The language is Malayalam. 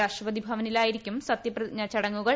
രാഷ്ട്രപതി ഭവനിലായിരിക്കും സത്യപ്രിതിജ്ഞ ചടങ്ങുകൾ